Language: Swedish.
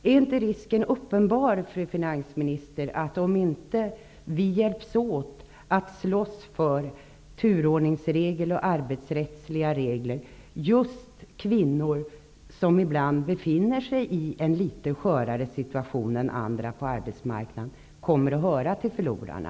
Är inte risken uppenbar, fru finansminister, att om vi inte hjälps åt att slåss för turordningsregler och arbetsrättsliga regler att just kvinnor som ibland befinner sig i en litet skörare situation än andra på arbetsmarknaden kommer att höra till förlorarna?